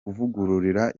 kuvugurura